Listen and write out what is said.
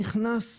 הוא נכנס,